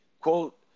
quote